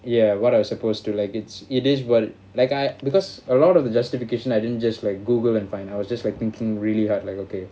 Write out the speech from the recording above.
ya what I was supposed to like it's it is what like I because a lot of the justification I didn't just like Google and find I was just like thinking really hard like okay